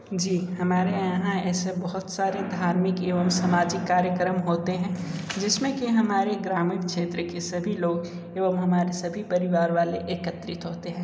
जी हमारे यहाँ ऐसे बहुत सारे धार्मिक एवं समाजिक कार्यक्रम होते हैं जिसमें कि हमारे ग्रामीण क्षेत्र के सभी लोग एवं हमारे सभी परिवार वाले एकत्रित होते हैं